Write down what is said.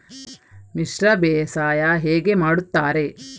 ಮಿಶ್ರ ಬೇಸಾಯ ಹೇಗೆ ಮಾಡುತ್ತಾರೆ?